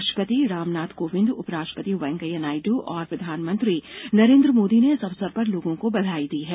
राष्ट्रपति रामनाथ कोविंद उपराष्ट्रपति वेंकैया नायडू और प्रधानमंत्री नरेन्द्र मोदी ने इस अवसर पर लोगों को बधाई दी है